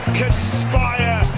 conspire